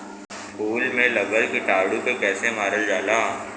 फूल में लगल कीटाणु के कैसे मारल जाला?